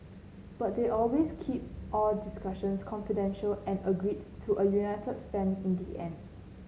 but they always keep all discussions confidential and agreed to a united stand in the end